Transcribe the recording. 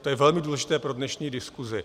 To je velmi důležité pro dnešní diskuzi.